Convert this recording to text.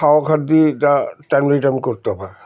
খাওয়া দিয়ে এটা টাইম রিটার্ন করতে পারে